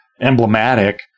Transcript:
emblematic